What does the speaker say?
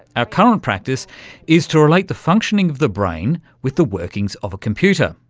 our current practice is to relate the functioning of the brain with the workings of a computer.